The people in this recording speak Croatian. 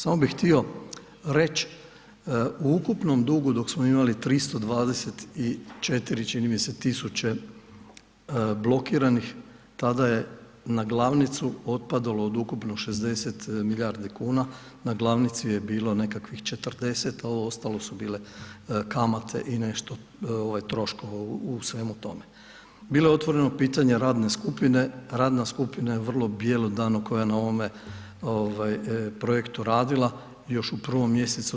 Samo bi htio reć, u ukupnom dugu dok smo imali 324 čini mi se tisuće blokiranih, tada je na glavnicu otpadalo od ukupno 60 milijardi kuna, na glavnici je bilo nekakvih 40 a ovo ostalo su bile kamate i nešto troškova u svemu tome. bilo je otvoreno pitanje radne skupine, radna skupina je vrlo bjelodano koja je na ovome projektu radila, još u 1. mj.